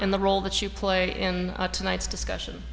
and the role that you play in tonight's discussion